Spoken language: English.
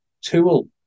tool